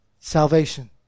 salvation